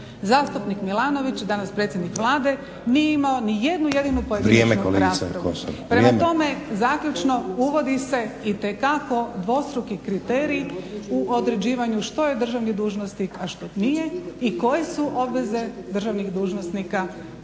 zastupnik Milanović, danas predsjednik Vlade nije imao ni jednu jedinu pojedinačnu raspravu. … /Upadica: Vrijeme kolegice Kosor, vrijeme./ … Prema tome zaključno, uvodi se itekako dvostruki kriterij u određivanju što je državni dužnosnik a što nije i koje su obveze državnih dužnosnika u